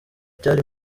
cyari